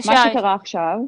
מה שקרה עכשיו,